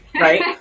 right